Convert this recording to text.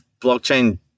blockchain